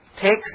takes